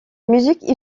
musique